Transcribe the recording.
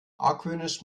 argwöhnisch